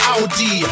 Audi